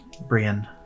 Brian